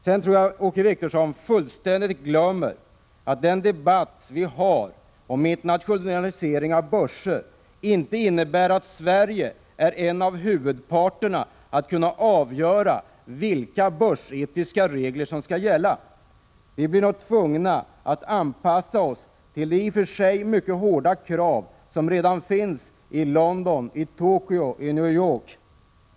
Åke Wictorsson glömmer fullständigt bort att den debatt som förs om internationalisering av börser inte innebär att Sverige är en av de huvudparter som kan avgöra vilka börsetiska regler som skall gälla. Vi blir nog tvungna att anpassa oss till de i och för sig mycket hårda krav som redan ställs i London, Tokyo och New York.